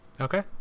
Okay